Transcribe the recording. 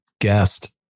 guest